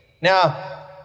Now